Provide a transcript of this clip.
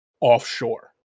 offshore